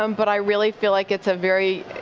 um but i really feel like it's a very,